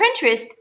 Pinterest